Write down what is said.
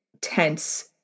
tense